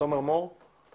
אני